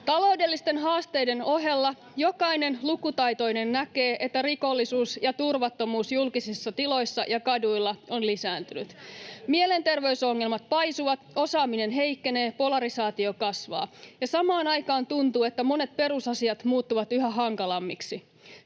Taloudellisten haasteiden ohella jokainen lukutaitoinen näkee, että rikollisuus ja turvattomuus julkisissa tiloissa ja kaduilla on lisääntynyt. Mielenterveysongelmat paisuvat, osaaminen heikkenee, polarisaatio kasvaa, ja samaan aikaan tuntuu, että monet perusasiat muuttuvat yhä hankalammiksi.